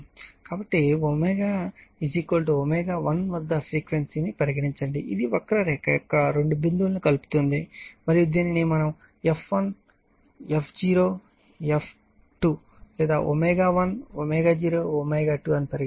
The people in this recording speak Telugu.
కాబట్టి ఇది ω ω1 ఫ్రీక్వెన్సీ అని పరిగణించండి ఇది ఈ వక్రరేఖ యొక్క రెండు బిందువులను కలుపుతుంది మరియు దీనిని మనం f1 f 0 f 2 లేదా ω1 ω0 ω2 అని పరిగణిస్తాము